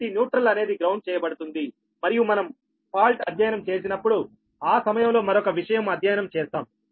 కాబట్టి న్యూట్రల్ అనేది గ్రౌండ్ చేయబడుతుంది మరియు మనం ఫాల్ట్ అధ్యయనం చేసినప్పుడు ఆ సమయంలో మరొక విషయం అధ్యయనం చేస్తాము